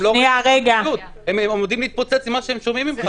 הם לא --- הם עומדים להתפוצץ ממה שהם שומעים ממך.